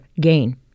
gain